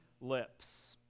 lips